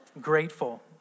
grateful